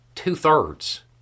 Two-thirds